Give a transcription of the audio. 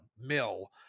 mill